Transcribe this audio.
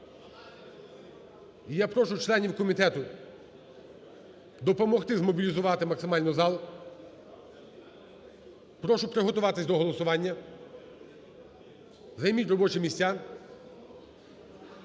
я прошу членів комітету допомогти змобілізувати максимально зал. Прошу приготуватися до голосування. Займіть робочі місця.